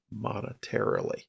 monetarily